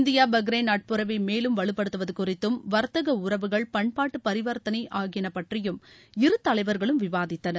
India Bahrain நட்புறவை மேலும் வலுப்படுத்துவது குறித்தும் வர்த்தக உறவுகள் பண்பாட்டு பரிவர்த்தனை ஆகியனபற்றியும் இருதலைவர்களும் விவாதித்தனர்